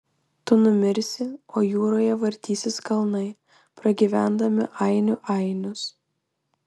tu numirsi o jūroje vartysis kalnai pragyvendami ainių ainius